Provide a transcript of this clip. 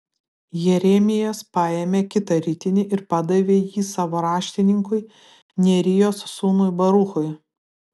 jeremijas paėmė kitą ritinį ir padavė jį savo raštininkui nerijos sūnui baruchui